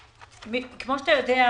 כמו שאתה יודע,